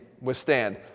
withstand